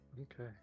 Okay